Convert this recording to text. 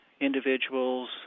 individuals